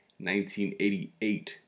1988